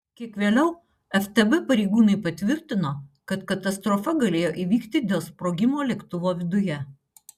kiek vėliau ftb pareigūnai patvirtino kad katastrofa galėjo įvykti dėl sprogimo lėktuvo viduje